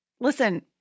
listen